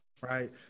right